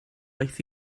aeth